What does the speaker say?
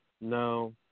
No